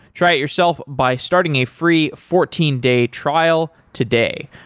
try it yourself by starting a free fourteen day trial today.